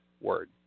word